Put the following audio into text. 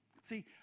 See